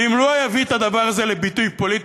ואם הוא לא יביא את הדבר הזה לביטוי פוליטי,